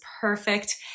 perfect